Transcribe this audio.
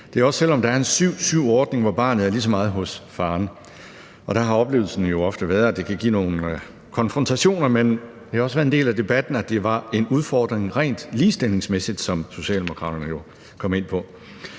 det er også, selv om der er en 7-7-ordning, hvor barnet er lige så meget hos faren, og der har oplevelsen jo ofte været, at det kan give nogle konfrontationer, men det har også været en del af debatten, at det var en udfordring rent ligestillingsmæssigt, som Socialdemokraterne jo kom ind på.